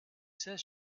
says